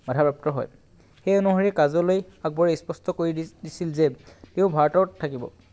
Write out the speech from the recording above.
বাধাপ্ৰাপ্ত হয় সেই অনুসৰি কাজলৈ আকবৰে স্পষ্ট কৰি দিছিল যে তেওঁ ভাৰতত থাকিব